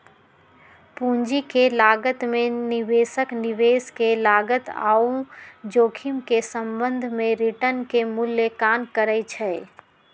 पूंजी के लागत में निवेशक निवेश के लागत आऽ जोखिम के संबंध में रिटर्न के मूल्यांकन करइ छइ